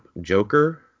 Joker